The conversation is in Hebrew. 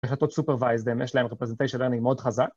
החלטות סופרווייזרים יש להן representation learning מאוד חזק